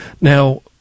Now